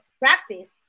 practice